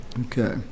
Okay